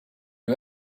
you